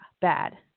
bad